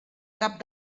cap